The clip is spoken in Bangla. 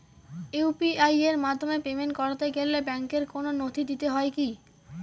ইউ.পি.আই এর মাধ্যমে পেমেন্ট করতে গেলে ব্যাংকের কোন নথি দিতে হয় কি?